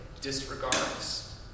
disregards